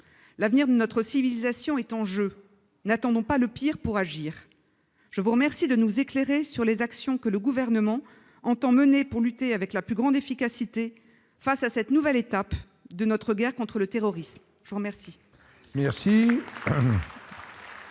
L'avenir de notre civilisation est en jeu. N'attendons pas le pire pour agir ! Je vous remercie, monsieur le ministre d'État, de nous éclairer sur les actions que le Gouvernement entend mener pour lutter avec la plus grande efficacité face à cette nouvelle étape de notre guerre contre le terrorisme. La parole